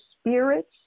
spirits